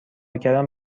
کردن